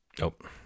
Nope